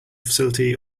facility